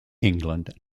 england